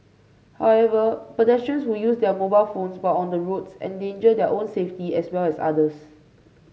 however pedestrians who use their mobile phones while on the roads endanger their own safety as well as others